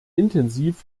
intensiv